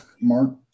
Mark